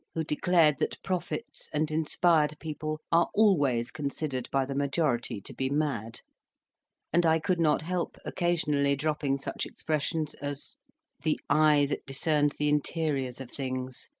who declared that prophets and inspired people are always considered by the majority to be mad and i could not help occasionally dropping such expressions as the eye that discerns the interiors of things,